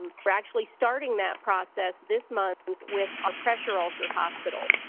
um we're actually starting that process this month with our pressure ulcer hospitals.